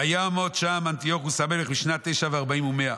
וימת שם אנטיוכוס המלך בשנת תשע וארבעים ומאה.